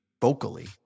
vocally